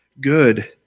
good